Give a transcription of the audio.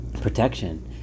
protection